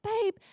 babe